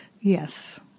Yes